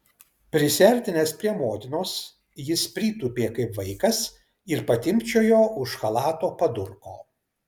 prisiartinęs prie motinos jis pritūpė kaip vaikas ir patimpčiojo už chalato padurko